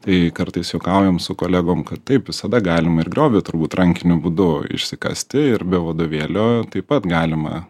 tai kartais juokaujam su kolegom kad taip visada galima ir griovį turbūt rankiniu būdu išsikasti ir be vadovėlio taip pat galima